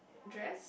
dress